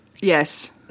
Yes